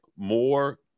more